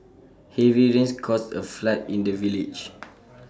heavy rains caused A flood in the village